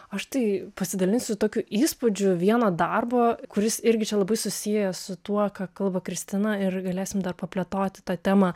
aš tai pasidalinsiu tokiu įspūdžiu vieno darbo kuris irgi čia labai susijęs su tuo ką kalba kristina ir galėsim dar paplėtoti tą temą